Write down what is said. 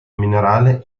minerale